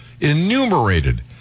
enumerated